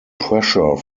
pressure